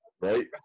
right